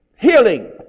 healing